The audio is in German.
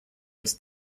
als